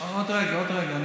עוד רגע, עוד רגע.